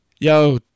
Yo